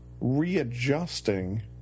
readjusting